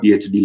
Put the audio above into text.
PhD